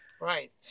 Right